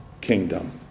kingdom